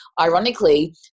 ironically